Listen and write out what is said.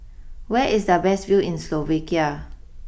where is the best view in Slovakia